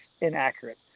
inaccurate